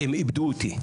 הם איבדו אותי.